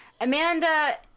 Amanda